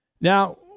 Now